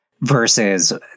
versus